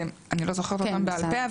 אני לא זוכרת אותם בעל פה,